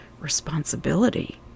responsibility